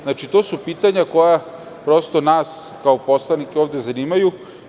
Znači, to su pitanja koja nas, kao poslanike, ovde zanimaju.